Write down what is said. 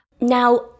Now